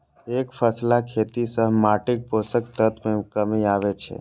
एकफसला खेती सं माटिक पोषक तत्व मे कमी आबै छै